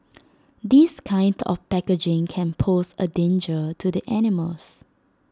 this kind of packaging can pose A danger to the animals